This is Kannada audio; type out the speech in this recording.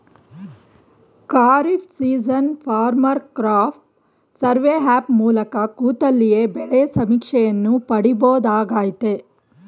kharif season farmer crop survey app ಮೂಲಕ ಕೂತಲ್ಲಿಯೇ ಬೆಳೆ ಸಮೀಕ್ಷೆಯನ್ನು ಪಡಿಬೋದಾಗಯ್ತೆ